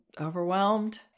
overwhelmed